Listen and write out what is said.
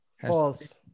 False